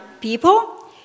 people